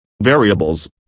variables